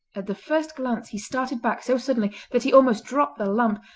at the first glance he started back so suddenly that he almost dropped the lamp,